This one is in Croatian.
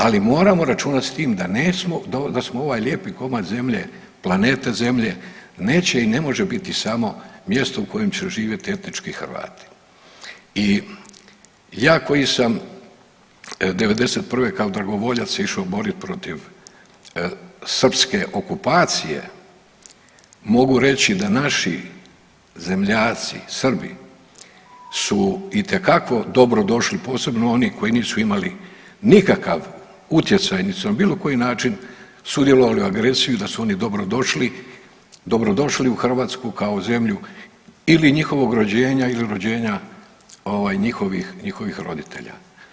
Ali, moramo računati s tim da nećemo, da smo ovaj lijepi komad zemlje, planete Zemlje, neće i ne može biti samo mjesto u kojem će živjeti etnički Hrvati i ja koji sam '91. kao dragovoljac se išao borit protiv srpske okupacije, mogu reći da naši zemljaci, Srbi su itekako dobrodošli, posebno oni koji nisu imali nikakav utjecaj niti su na bilo koji način sudjelovali u agresiji, da su oni dobrodošli, dobrodošli u Hrvatsku kao zemlju ili njihovog rođenja ili rođenja njihovih roditelja.